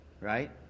right